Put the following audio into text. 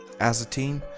as a team,